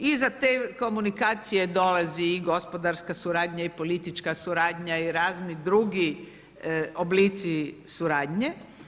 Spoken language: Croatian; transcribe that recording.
Iza te komunikacije dolazi i gospodarska suradnja i politička suradnja i razni drugi oblici suradnje.